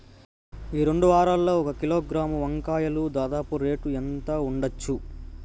ఈ రెండు వారాల్లో ఒక కిలోగ్రాము వంకాయలు దాదాపు రేటు ఎంత ఉండచ్చు?